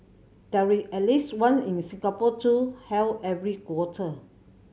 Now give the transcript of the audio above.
there at least one in Singapore too held every quarter